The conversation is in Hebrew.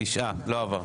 לא עבר.